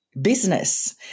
business